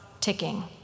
ticking